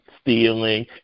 stealing